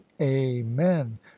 amen